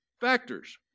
factors